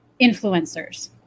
influencers